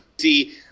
See